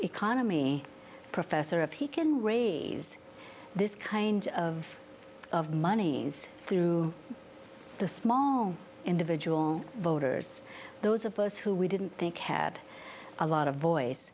economy professor of he can raise this kind of of monies through the small individual voters those of us who we didn't think had a lot of voice